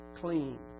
clean